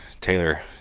Taylor